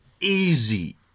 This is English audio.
easy